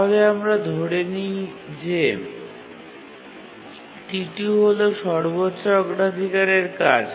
তাহলে আমরা ধরে নিই যে T2 হল সর্বোচ্চ অগ্রাধিকারের কাজ